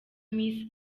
miss